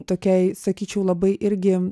tokiai sakyčiau labai irgi